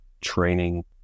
training